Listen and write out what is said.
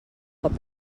cop